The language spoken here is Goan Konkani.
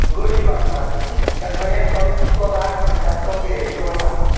गडी बांदतात ज्या गड्याक बांदून तो राट म्हणटा तो फिरयल वता